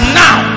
now